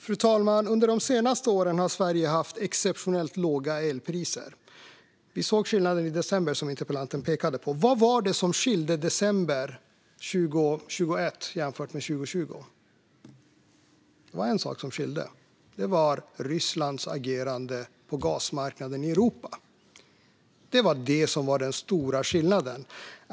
Fru talman! Under de senaste åren har Sverige haft exceptionellt låga elpriser. Vi såg en skillnad i december, som interpellanten pekade på. Vad var det då som skilde december 2021 från december 2020? Jo, en sak: Rysslands agerande på gasmarknaden i Europa. Det var den stora skillnaden.